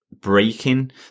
breaking